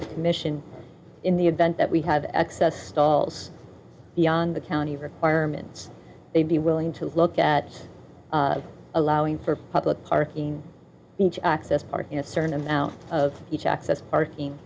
the mission in the event that we have excess stalls beyond the county requirements they'd be willing to look at allowing for public parking beach access or in a certain amount of each access parking